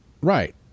Right